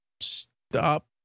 stop